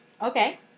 Okay